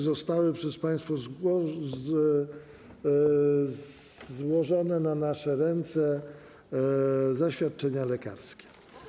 Zostały przez państwa złożone na nasze ręce zaświadczenia lekarskie.